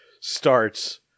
starts